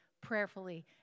prayerfully